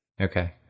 Okay